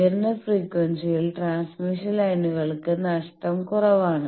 ഉയർന്ന ഫ്രീക്വൻസിയിൽ ട്രാൻസ്മിഷൻ ലൈനുകൾക്ക് നഷ്ടം കുറവാണ്